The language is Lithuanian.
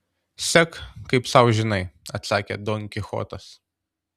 sek kaip sau žinai atsakė don kichotas